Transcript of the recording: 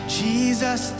jesus